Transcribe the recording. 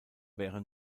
wäre